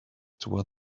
toward